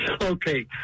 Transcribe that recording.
Okay